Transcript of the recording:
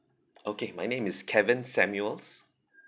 okay my name is kevin samuels